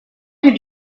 did